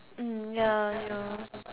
ya you know